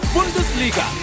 Bundesliga